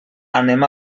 anem